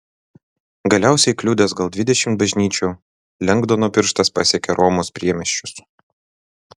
galiausiai kliudęs gal dvidešimt bažnyčių lengdono pirštas pasiekė romos priemiesčius